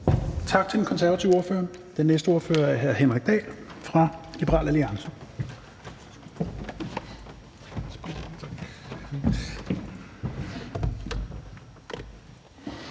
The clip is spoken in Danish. Tak til den konservative ordfører. Den næste ordfører er hr. Henrik Dahl fra Liberal Alliance.